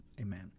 Amen